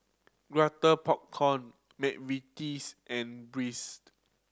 Popcorn McVitie's and Breeze